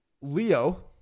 leo